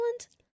island